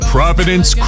Providence